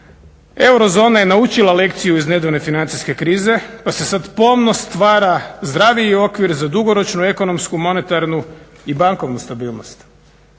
Eurozona je naučila lekciju iz nedavne financijske krize pa se sad pomno stvara zdraviji okvir za dugoročnu ekonomsku, monetarnu i bankovnu stabilnost.